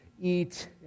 eat